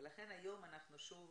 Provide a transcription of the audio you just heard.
ולכן היום אנחנו שוב